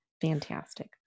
fantastic